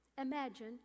imagine